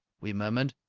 we murmured.